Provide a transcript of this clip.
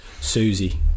Susie